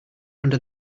under